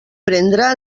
prendrà